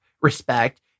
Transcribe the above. respect